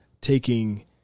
taking